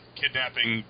kidnapping